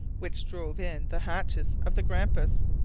which drove in the hatches of the grampus.